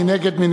מי נגד?